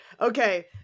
Okay